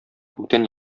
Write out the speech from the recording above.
күктән